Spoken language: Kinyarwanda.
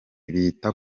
bita